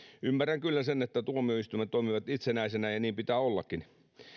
ymmärrän kyllä sen että tuomioistuimet toimivat itsenäisinä ja niin pitää ollakin